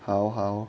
how how